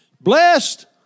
Blessed